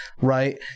right